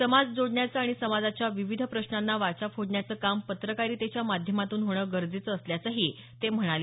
समाज जोडण्याचं आणि समाजाच्या विविध प्रश्नांना वाचा फोडण्याचं काम पत्रकारितेच्या माध्यमातून होणं गरजेचं असल्याचंही ते म्हणाले